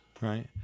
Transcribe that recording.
Right